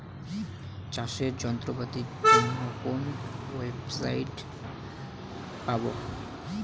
চাষের যন্ত্রপাতির তথ্য কোন ওয়েবসাইট সাইটে পাব?